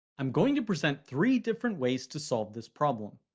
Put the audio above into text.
i'm going to present three different ways to solve this problem.